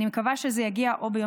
אני מקווה שזה יגיע לישיבת הממשלה ביום